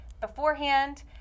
beforehand